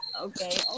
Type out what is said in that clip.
Okay